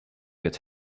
that